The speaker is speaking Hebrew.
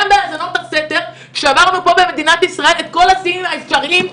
גם בהאזנות הסתר שברנו במדינת ישראל את כל השיאים האפשריים.